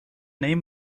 name